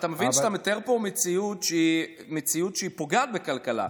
אתה מבין שאתה מתאר פה מציאות שהיא פוגעת בכלכלה.